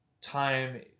time